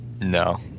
No